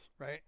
Right